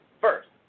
First